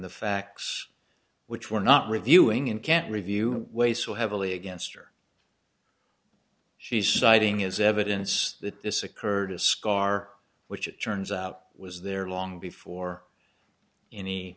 the facts which were not reviewing and can't review way so heavily against her she's citing is evidence that this occurred iscar which it turns out was there long before any